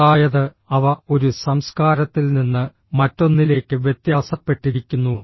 അതായത് അവ ഒരു സംസ്കാരത്തിൽ നിന്ന് മറ്റൊന്നിലേക്ക് വ്യത്യാസപ്പെട്ടിരിക്കുന്നു